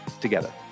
together